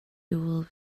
will